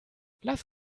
lass